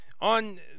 on